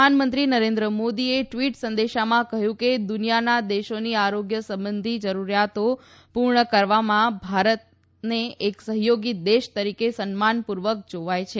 પ્રધાનમંત્રી નરેન્દ્ર મોદીએ ટવીટ સંદેશામાં કહયું કે દુનિયાના દેશોની આરોગ્ય સંબંધી જરૂરીયાતો પુર્ણ કરવામાં ભારતને એક સહયોગી દેશ તરીકે સન્માનપુર્વક જોવાય છે